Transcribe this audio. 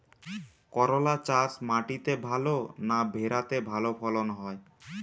করলা চাষ মাটিতে ভালো না ভেরাতে ভালো ফলন হয়?